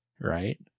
right